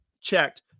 checked